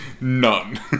none